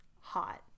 hot